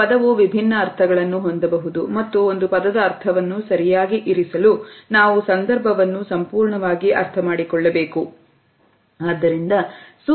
ಒಂದು ಪದವು ವಿಭಿನ್ನ ಅರ್ಥಗಳನ್ನು ಹೊಂದಬಹುದು ಮತ್ತು ಒಂದು ಪದದ ಅರ್ಥವನ್ನು ಸರಿಯಾಗಿ ಇರಿಸಲು ನಾವು ಸಂದರ್ಭವನ್ನು ಸಂಪೂರ್ಣವಾಗಿ ಅರ್ಥಮಾಡಿಕೊಳ್ಳಬೇಕು